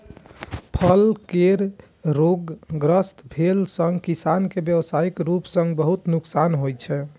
फल केर रोगग्रस्त भेला सं किसान कें व्यावसायिक रूप सं बहुत नुकसान होइ छै